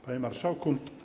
Panie Marszałku!